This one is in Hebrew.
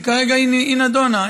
וכרגע היא נדונה.